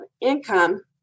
income